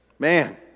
Man